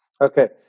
Okay